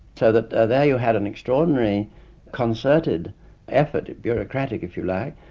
so that there you had an extraordinary concerted effort-bureaucratic if you like,